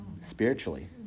spiritually